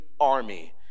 army